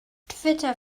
twitter